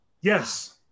Yes